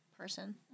person